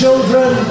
Children